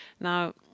Now